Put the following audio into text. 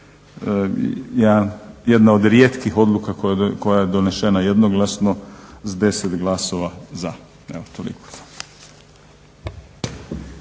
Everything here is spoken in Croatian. jedna od rijetkih odluka koja je donešena jednoglasno s 10 glasova za.